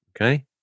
Okay